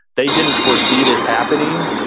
they didn't foresee this happening.